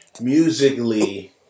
Musically